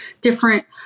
different